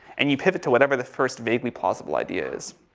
and you pivot to whatever the first vaguely plausible idea is.